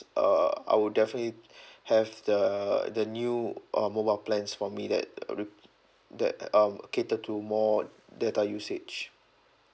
err I would definitely have the the new uh mobile plans for me that rep~ that um cater to more data usage